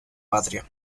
patria